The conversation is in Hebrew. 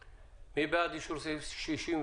מי בעד אישור סעיף 64?